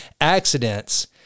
accidents